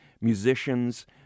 musicians